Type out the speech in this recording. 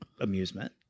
amusement